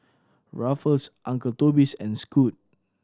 Ruffles Uncle Toby's and Scoot